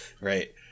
Right